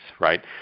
right